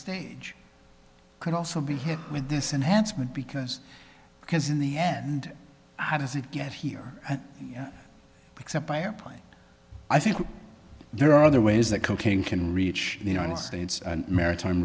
stage could also be hit with this enhancement because because in the end i does it get here except by airplane i think there are other ways that cocaine can reach the united states maritime